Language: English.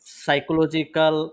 psychological